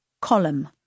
column